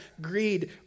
greed